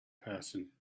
person